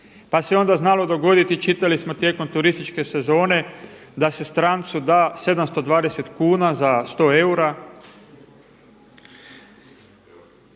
Pa se onda znalo dogoditi, čitali smo tijekom turističke sezone da se strancu da 720 kuna za 100 eura.